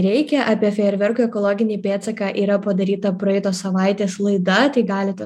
reikia apie fejerverkų ekologinį pėdsaką yra padaryta praeitos savaitės laida galite